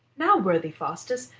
now, worthy faustus,